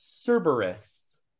Cerberus